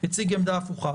הציג עמדה הפוכה,